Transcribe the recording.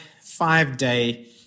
five-day